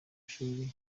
shuri